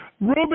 Ruben